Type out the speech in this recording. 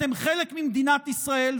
אתם חלק ממדינת ישראל,